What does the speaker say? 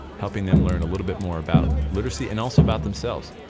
helping them learn a little bit more about literacy and also about themselves.